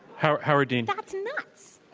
howard howard dean. that's nuts.